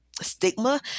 stigma